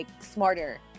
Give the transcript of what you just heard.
smarter